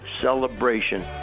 celebration